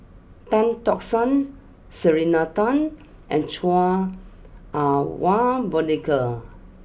Tan Tock San Selena Tan and Chua Ah Wa Monica